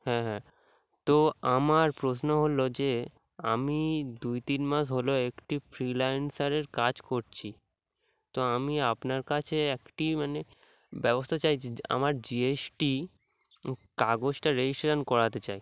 হ্যাঁ হ্যাঁ তো আমার প্রশ্ন হলো যে আমি দুই তিন মাস হলো একটি ফ্রিল্যান্সারের কাজ করছি তো আমি আপনার কাছে একটি মানে ব্যবস্থা চাই যে আমার জিএসটি কাগজটা রেজিস্ট্রেশান করাতে চাই